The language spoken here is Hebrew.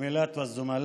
(אומר דברים בשפה